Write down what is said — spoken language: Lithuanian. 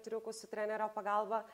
triukų su trenerio pagalba